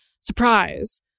surprise